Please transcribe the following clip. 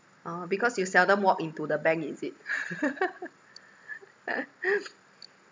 orh because you seldom walk into the bank is it